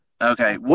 Okay